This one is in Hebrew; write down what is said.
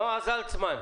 נועה זלצמן,